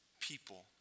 people